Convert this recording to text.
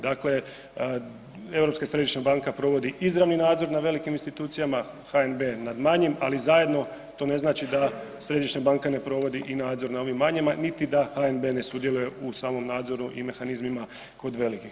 Dakle, Europska središnja banka provodi izravni nadzor na velikih institucijama, HNB nad manjim, ali zajedno to ne znači da središnja banka ne provodi i nadzor na ovima manjima, niti da HNB ne sudjeluje u samom nadzoru i mehanizmima kod velikih.